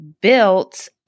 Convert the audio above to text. built